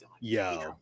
yo